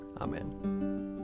Amen